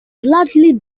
largely